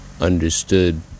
understood